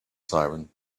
siren